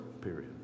period